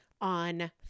on